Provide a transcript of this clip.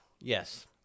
Yes